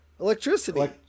electricity